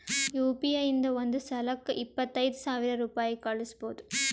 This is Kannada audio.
ಯು ಪಿ ಐ ಇಂದ ಒಂದ್ ಸಲಕ್ಕ ಇಪ್ಪತ್ತೈದು ಸಾವಿರ ರುಪಾಯಿ ಕಳುಸ್ಬೋದು